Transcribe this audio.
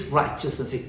righteousness